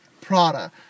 Prada